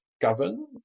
govern